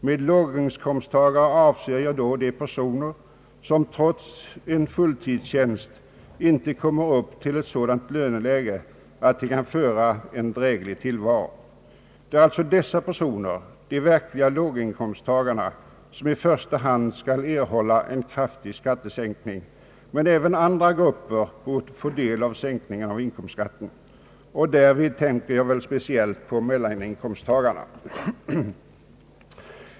Med låginkomsttagare avser jag då de personer som trots en fulltidstjänst inte kommer upp till ett sådant löneläge att de kan föra en dräglig tillvaro. Det är alltså dessa personer -— de verkliga låginkomsttagarna — som i första hand skall erhålla en kraftig skattesänkning, men även andra grupper bör få del av sänkningen av inkomstskatten. Jag tänker därvid speciellt på mellaninkomsttagarna.